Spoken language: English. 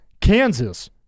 Kansas